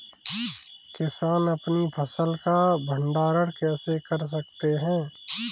किसान अपनी फसल का भंडारण कैसे कर सकते हैं?